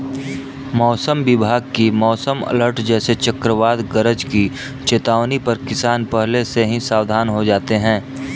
मौसम विभाग की मौसम अलर्ट जैसे चक्रवात गरज की चेतावनी पर किसान पहले से ही सावधान हो जाते हैं